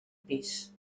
pis